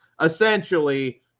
essentially